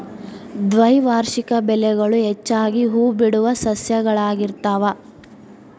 ದ್ವೈವಾರ್ಷಿಕ ಬೆಳೆಗಳು ಹೆಚ್ಚಾಗಿ ಹೂಬಿಡುವ ಸಸ್ಯಗಳಾಗಿರ್ತಾವ